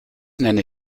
nenne